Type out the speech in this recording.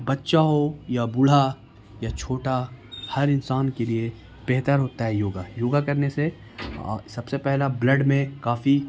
بچہ ہو یا بوڑھا یا چھوٹا ہر انسان کے لیے بہتر ہوتا ہے یوگا یوگا کرنے سے سب سے پہلا بلڈ میں کافی